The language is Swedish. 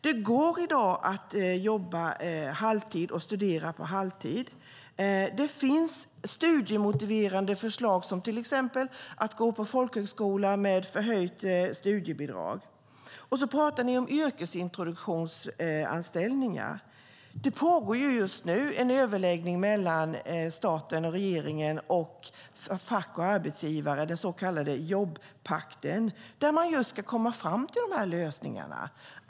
Det går i dag att jobba halvtid och studera på halvtid. Det finns studiemotiverande förslag som till exempel att gå på folkhögskola med förhöjt studiebidrag. Ni talar om yrkesintroduktionsanställningar. Det pågår just nu en överläggning mellan staten, regeringen, fack och arbetsgivare om den så kallade jobbpakten där man just ska komma fram till dessa lösningar.